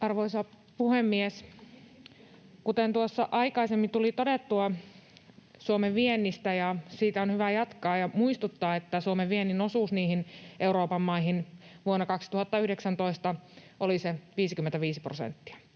Arvoisa puhemies! Kuten tuossa aikaisemmin tuli todettua Suomen viennistä, siitä on hyvä jatkaa ja muistuttaa, että Suomen viennin osuus Euroopan maihin vuonna 2019 oli 55 prosenttia.